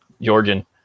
Georgian